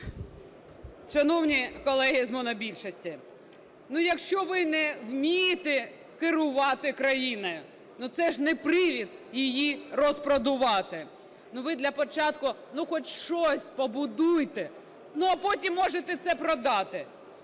Шановні колеги з монобільшості, якщо ви не вмієте керувати країною, це ж не привід її розпродавати. Ви для початку хоч щось побудуйте, а потім можете це продати.